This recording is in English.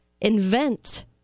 Invent